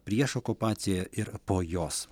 prieš okupaciją ir po jos